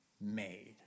made